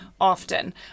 Often